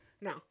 No